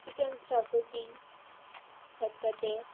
chicken xacuti खतखतें